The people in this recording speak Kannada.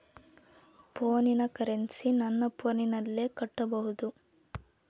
ಫೋನಿನ ಕರೆನ್ಸಿ ನನ್ನ ಫೋನಿನಲ್ಲೇ ಕಟ್ಟಬಹುದು?